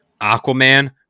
Aquaman